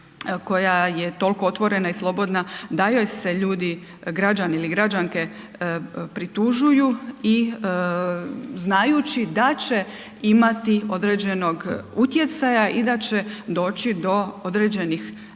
koja je tol'ko otvorena i slobodna da joj se ljudi, građani ili građanke pritužuju i znajući da će imati određenog utjecaja i da će doći do određenih